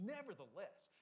Nevertheless